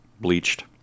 bleached